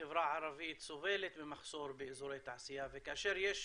החברה הערבית סובלת ממחסור באזורי תעשייה וכאשר יש